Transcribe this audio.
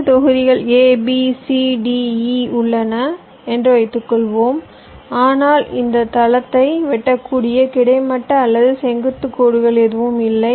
5 தொகுதிகள் A B C D E உள்ளன என்று வைத்துக்கொள்வோம் ஆனால் இந்த தளத்தை வெட்டக்கூடிய கிடைமட்ட அல்லது செங்குத்து கோடுகள் எதுவும் இல்லை